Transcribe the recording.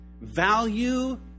value